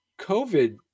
COVID